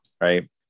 right